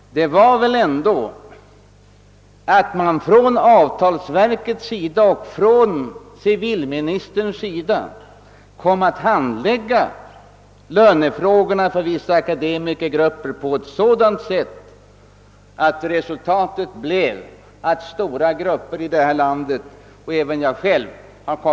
Då handlade avtalsverket och civilministern lönefrågorna för vissa akademikergrupper på sådant sätt att stora grupper här i landet och även jag själv reagerade.